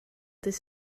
dydd